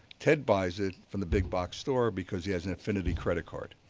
dead buys it from the big box store because he has an affinity credit card.